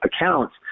accounts